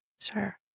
Sure